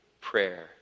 prayer